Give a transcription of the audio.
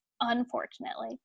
unfortunately